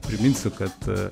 priminsiu kad